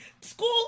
school